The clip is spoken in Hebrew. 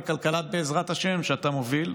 ב"כלכלת בעזרת השם" שאתה מוביל,